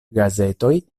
gazetoj